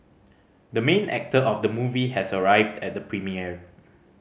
the main actor of the movie has arrived at the premiere